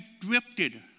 drifted